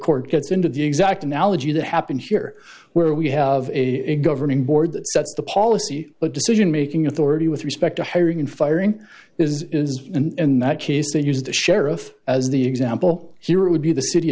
court gets into the exact analogy that happened here where we have a governing board that sets the policy but decision making authority with respect to hiring and firing is is and in that case they use the sheriff as the example here would be the city